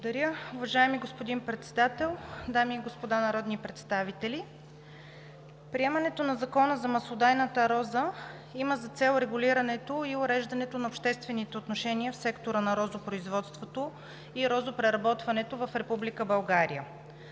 Благодаря, уважаеми господин Председател. Дами и господа народни представители! Приемането на Закона за маслодайната роза има за цел регулирането и уреждането на обществените отношения в сектора на розопроизводството и розопреработването в Република България.